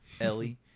Ellie